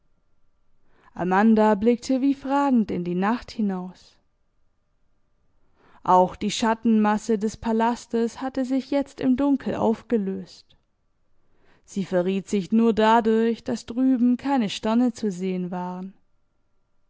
amanda blickte wie fragend in die nacht hinaus auch die schattenmasse des palastes hatte sich jetzt im dunkel aufgelöst sie verriet sich nur dadurch daß drüben keine sterne zu sehen waren